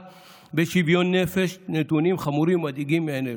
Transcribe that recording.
בשוויון נפש נתונים חמורים ומדאיגים מעין אלו.